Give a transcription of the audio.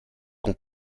qu’on